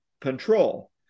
control